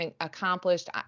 accomplished